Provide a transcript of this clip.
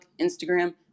Instagram